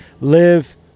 live